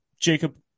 Jacob